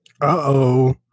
Uh-oh